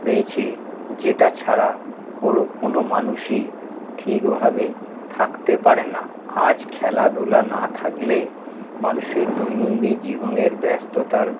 হয়েছে যেটা ছাড়া কো কোনো মানুষই ঠিকভাবে থাকতে পারে না আজ খেলাধুলা না থাকলে মানুষের দৈনন্দিন জীবনের ব্যস্ততার